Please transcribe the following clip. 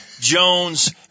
Jones